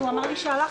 אחת אני מבקשת שאנחנו,